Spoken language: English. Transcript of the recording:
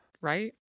right